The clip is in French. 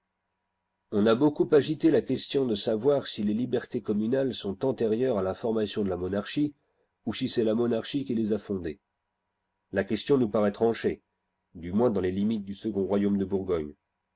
on a beaucoup agité la question de savoir si les liberté communales sont antérieures à la formation de la monarchie où cest la monarchie qui les a fondées la question nous paraît tranchée du moins dans les limites du second royaume de bourgogne